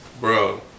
Bro